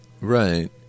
Right